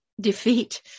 defeat